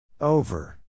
Over